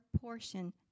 portion